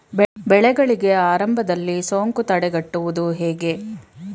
ಬೆಳೆಗಳಿಗೆ ಆರಂಭದಲ್ಲಿ ಸೋಂಕು ತಡೆಗಟ್ಟುವುದು ಹೇಗೆ?